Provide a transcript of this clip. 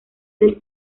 del